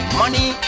money